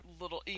little